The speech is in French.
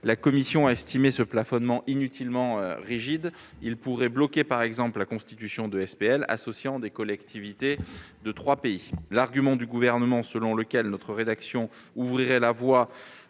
La commission a estimé ce plafonnement inutilement rigide. Il pourrait bloquer, par exemple, la constitution de SPL associant des collectivités de trois pays. L'argument du Gouvernement selon lequel notre rédaction permettrait